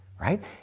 right